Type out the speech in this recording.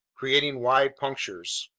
creating wide punctures.